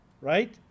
right